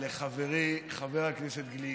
לחברי חבר הכנסת גליק.